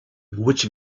which